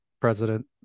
president